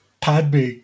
Padme